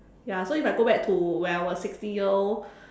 ya so if I go back to when I was sixteen year old